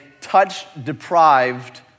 touch-deprived